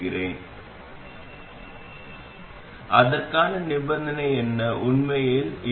எனவே வடிகால் முனை அல்லது சர்கியூட் முனைகளில் தேவையற்ற மின்னழுத்த ஊசலாட்டத்தை நீங்கள் விரும்பவில்லை